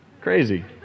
Crazy